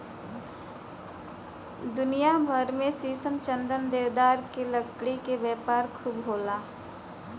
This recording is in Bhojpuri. दुनिया भर में शीशम, चंदन, देवदार के लकड़ी के व्यापार खूब होला